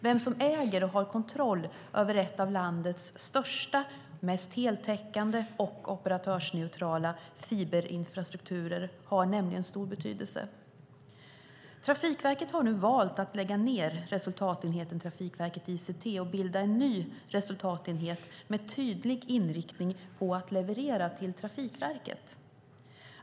Vem som äger och har kontroll över en av landets största, mest heltäckande och operatörsneutrala fiberinfrastrukturer har nämligen stor betydelse. Trafikverket har nu valt att lägga ned resultatenheten Trafikverket ICT och bilda en ny resultatenhet med tydlig inriktning på att leverera till Trafikverket.